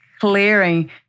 clearing